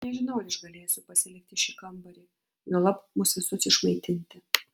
nežinau ar išgalėsiu pasilikti šį kambarį juolab mus visus išmaitinti